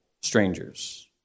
strangers